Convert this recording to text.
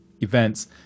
events